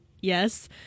yes